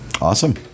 Awesome